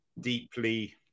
deeply